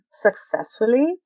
successfully